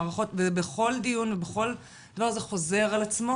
המערכות בכל דיון ובכל דבר זה חוזר על עצמו